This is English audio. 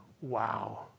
wow